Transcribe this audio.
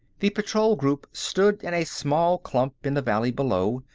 the patrol group stood in a small clump in the valley below,